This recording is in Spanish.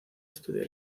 estudiar